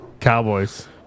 Cowboys